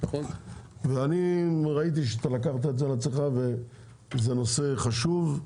ואני ראיתי שאתה לקחת את זה עצמך, וזה נושא חשוב,